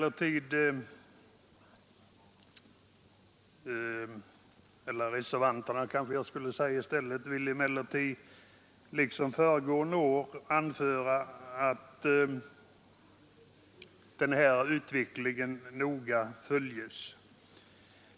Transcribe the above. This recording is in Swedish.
Reservanterna anför emellertid liksom föregående år att utvecklingen bör noga följas.